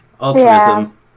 Altruism